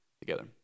together